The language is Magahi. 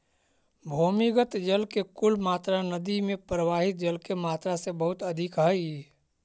भूमिगत जल के कुल मात्रा नदि में प्रवाहित जल के मात्रा से बहुत अधिक हई